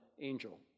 angel